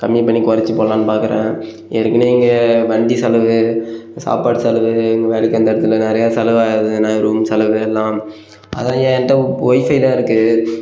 கம்மிப் பண்ணிக் குறைச்சி போடலான் பார்க்குறேன் ஏற்கனவே வண்டி செலவு சாப்பாடு செலவு இங்கே வேலைக்சு வந்த இடத்துல நிறையா செலவு ஆகுதுண்ணே ரூம் செலவு எல்லாம் அதுதான் என்கிட்ட ஒய்ஃபை தான் இருக்குது